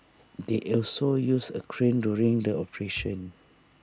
they also used A crane during the operation